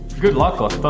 good luck otto!